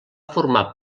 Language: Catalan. formar